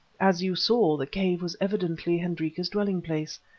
as you saw, the cave was evidently hendrika's dwelling-place.